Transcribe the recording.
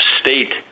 state